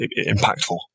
impactful